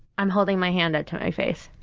i'm holding my hand up to my face.